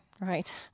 Right